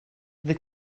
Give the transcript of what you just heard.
the